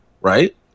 right